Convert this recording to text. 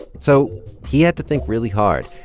so he had to think really hard.